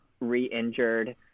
re-injured